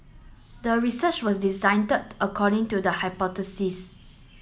the research was design according to the hypothesis